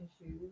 issues